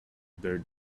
bearded